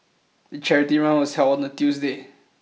the charity run was held on a Tuesday